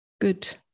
good